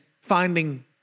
finding